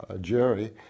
Jerry